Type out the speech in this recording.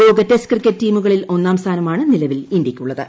ലോക test cricket ടീമുകളിൽ ഒന്നാം സ്ഥാനമാണ് നിലവിൽ ഇന്ത്യയ്ക്കുള്ളത്